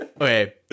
Okay